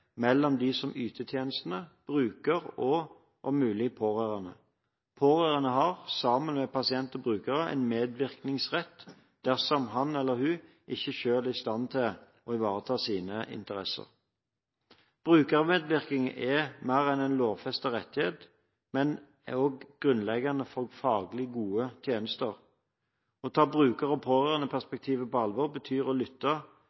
mellom de som yter tjenestene, bruker og – om mulig – pårørende. Pårørende har, sammen med pasienten/brukeren, en medvirkningsrett dersom han eller hun ikke selv er i stand til å ivareta sine interesser. Brukermedvirkning er mer enn en lovfestet rettighet. Den er også grunnleggende for faglig gode tjenester. Å ta bruker- og pårørendeperspektivet på alvor betyr å lytte